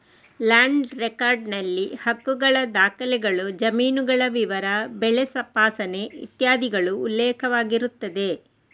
land record ನಲ್ಲಿ ಹಕ್ಕುಗಳ ದಾಖಲೆಗಳು, ಜಮೀನುಗಳ ವಿವರ, ಬೆಳೆ ತಪಾಸಣೆ ಇತ್ಯಾದಿಗಳು ಉಲ್ಲೇಖವಾಗಿರುತ್ತದೆ